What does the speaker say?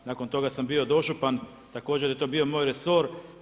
Nakon toga sam bio dožupan također je to bio moj resor.